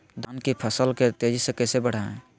धान की फसल के तेजी से कैसे बढ़ाएं?